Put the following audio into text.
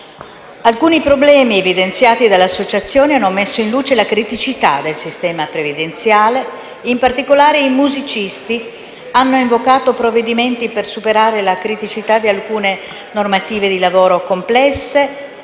Alcuni problemi evidenziati dalle associazioni hanno messo in luce le criticità del sistema previdenziale. In particolare, i musicisti hanno invocato provvedimenti per superare le criticità di alcune normative complesse